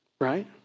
right